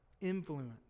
influence